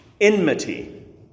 enmity